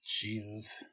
Jesus